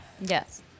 Yes